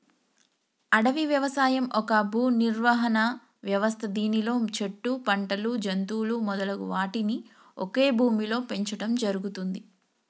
అడవి వ్యవసాయం ఒక భూనిర్వహణ వ్యవస్థ దానిలో చెట్లు, పంటలు, జంతువులు మొదలగు వాటిని ఒకే భూమిలో పెంచడం జరుగుతుంది